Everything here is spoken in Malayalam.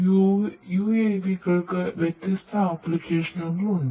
UAVകൾക്ക് വ്യത്യസ്ത ആപ്ലിക്കേഷനുകൾ ഉണ്ട്